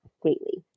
Greatly